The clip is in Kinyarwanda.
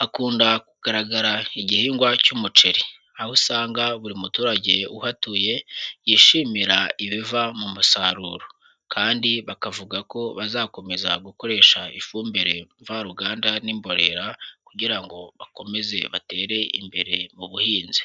hakunda kugaragara igihingwa cy'umuceri. Aho usanga buri muturage uhatuye, yishimira ibiva mu musaruro. Kandi bakavuga ko bazakomeza gukoresha ifumbire mvaruganda n'imborera, kugira ngo bakomeze batere imbere mu buhinzi.